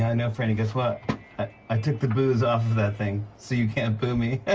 and know, frannie. guess what i took the boos off of that thing so you can't boo me.